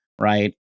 right